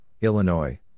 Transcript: Illinois